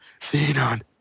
xenon